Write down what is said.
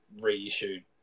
reissued